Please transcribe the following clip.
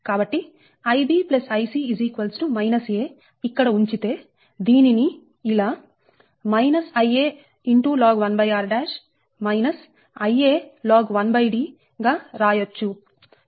కాబట్టి Ib Ic Ia ఇక్కడ ఉంచితే దీనిని ఇలా Ia log 1r Ia log 1D రాయచ్చు